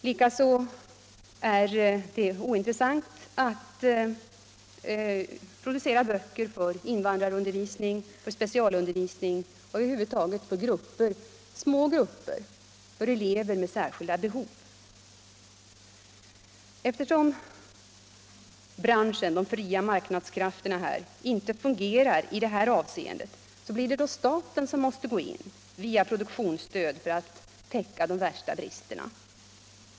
Likaså är det ointressant att producera böcker för invandrarundervisning, för specialundervisning och över huvud taget för små grupper, för elever med särskilda behov. Eftersom de fria marknadskrafterna inte fungerar inom branschen i detta avseende blir det staten som måste gå in via produktionsstöd för att täcka de värsta bristerna.